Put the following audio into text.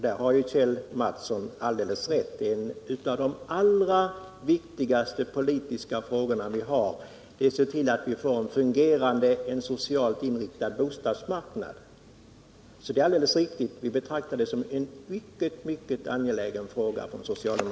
Det har Kjell Mattsson rätt i: en av de allra viktigaste politiska frågor som vi har är att se till att vi får en fungerande och socialt inriktad bostadsmarknad, och vi socialdemokrater betraktar det som en mycket, mycket angelägen fråga.